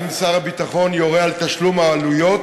האם שר הביטחון יורה על תשלום העלויות,